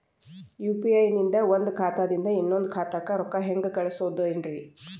UPI ನಿಂದ ಒಂದ್ ಖಾತಾದಿಂದ ಇನ್ನೊಂದು ಖಾತಾಕ್ಕ ರೊಕ್ಕ ಹೆಂಗ್ ಕಳಸ್ಬೋದೇನ್ರಿ?